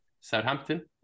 Southampton